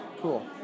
Cool